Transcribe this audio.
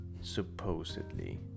supposedly